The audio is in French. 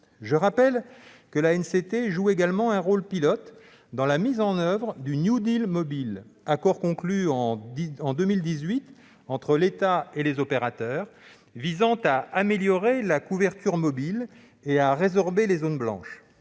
Je rappelle que l'ANCT joue également un rôle pilote dans la mise en oeuvre du « New Deal mobile », accord conclu en 2018 entre l'État et les opérateurs, visant à améliorer la couverture mobile et à résorber les zones blanches.